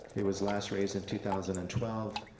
it was last raised in two thousand and twelve.